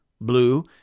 blue